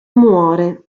muore